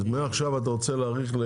אז מעכשיו אתה רוצה להאריך?